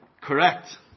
Correct